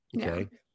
Okay